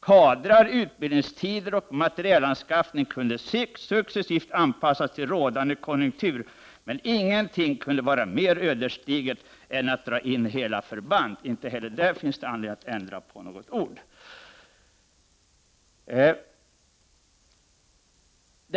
Kadrar, utbildningstider och materielanskaffning kunde successivt anpassas till rådande kkonjunkturer, men ingenting kunde vara mer ödesdigert än att dra in hela förband”. Inte heller där finns det anledning att ändra på något ord. Fru talman!